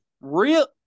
Real